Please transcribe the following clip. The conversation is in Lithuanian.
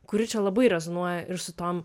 kuri čia labai rezonuoja ir su tom